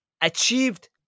Achieved